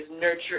nurture